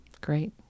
Great